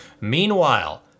Meanwhile